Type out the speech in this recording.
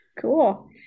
Cool